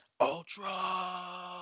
Ultra